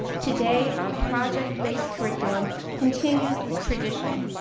today our project-based curriculum continues this tradition.